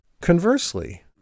Conversely